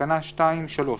בתקנה 2(3),